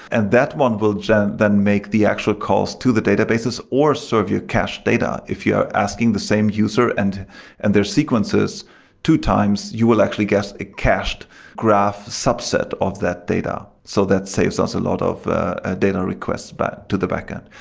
and that one will then then make the actual calls to the databases or serve you cache data. if you're asking the same user and and their sequences two times, you will actually get a cached graph subset of that data. so that saves us a lot of ah data requests but to the backend.